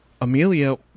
Amelia